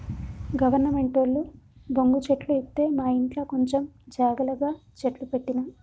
గవర్నమెంటోళ్లు బొంగు చెట్లు ఇత్తె మాఇంట్ల కొంచం జాగల గ చెట్లు పెట్టిన